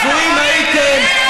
הזויים הייתם,